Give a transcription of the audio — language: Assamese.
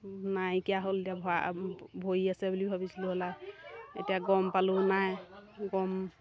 নাইকিয়া হ'ল এতিয়া ভৰি আছে বুলি ভাবিছিলোঁ হ'লে এতিয়া গম পালোঁ নাই গম